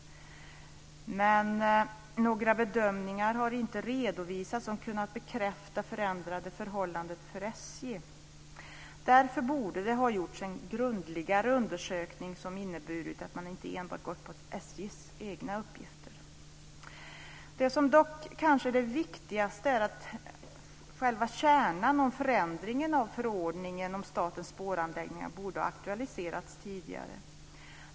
Några bedömningar har dock inte redovisats som kunnat bekräfta det förändrade förhållandet för SJ. Därför borde det ha gjorts en grundligare undersökning som inneburit att man inte enbart gått på SJ:s egna uppgifter. Det kanske viktigaste är att själva kärnan i förändringen av förordningen om statens spåranläggningar borde ha aktualiserats tidigare.